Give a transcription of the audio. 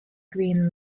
green